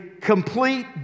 complete